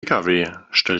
stellte